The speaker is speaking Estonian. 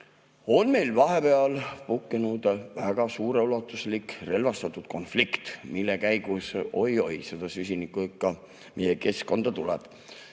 on meil vahepeal puhkenud väga suure ulatusega relvastatud konflikt, mille käigus, oi-oi, seda süsinikku meie keskkonda ikka tuleb.